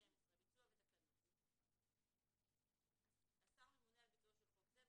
ביצוע ותקנות 12. (א)השר ממונה על ביצועו של חוק זה,